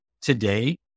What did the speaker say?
today